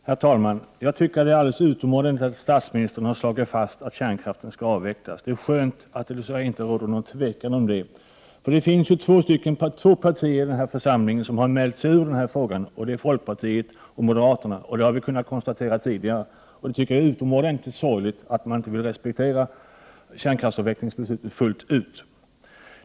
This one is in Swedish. Herr talman! Jag tycker att det är alldeles utomordentligt att statsministern har slagit fast att kärnkraften skall avvecklas. Det är skönt att det inte råder någon tvekan om detta. Men det finns två partier i denna församling som har mält sig ur den här frågan, nämligen folkpartiet och moderaterna. Detta har Prot. 1988/89:109 vikunnat konstatera tidigare. Jag tycker att det är utomordentligt sorgligt att man inte fullt ut vill respektera beslutet om att avveckla kärnkraften.